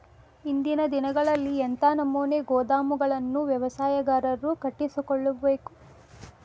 ಇಂದಿನ ದಿನಗಳಲ್ಲಿ ಎಂಥ ನಮೂನೆ ಗೋದಾಮುಗಳನ್ನು ವ್ಯವಸಾಯಗಾರರು ಕಟ್ಟಿಸಿಕೊಳ್ಳಬೇಕು?